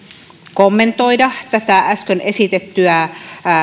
kommentoida tätä äsken esitettyä